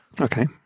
Okay